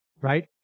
right